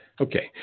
Okay